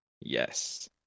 yes